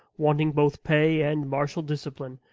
wanting both pay and martial discipline,